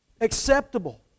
Acceptable